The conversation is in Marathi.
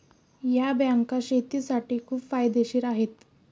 या बँका शेतीसाठी खूप फायदेशीर आहेत